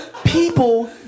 People